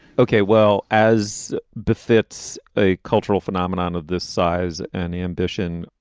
okay. well, as befits a cultural phenomenon of this size and ambition,